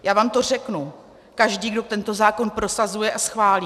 Já vám to řeknu každý, kdo tento zákon prosazuje a schválí.